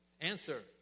Answer